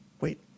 Wait